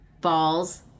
balls